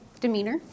demeanor